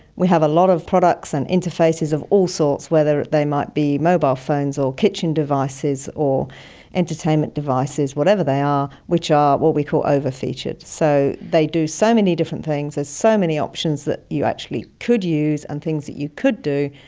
we have a lot of products and interfaces of all sorts, whether they might be mobile phones or kitchen devices or entertainment devices, whatever they are, which are what we call over-featured. so they do so many different things, there's so many options that you actually could use and things that you could do,